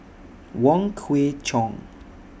Wong Kwei Cheong